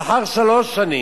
לאחר שלוש שנים,